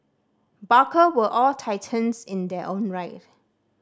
barker were all titans in their own right